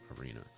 arena